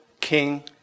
king